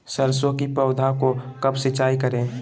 सरसों की पौधा को कब सिंचाई करे?